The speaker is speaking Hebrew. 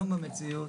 במציאות,